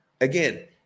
Again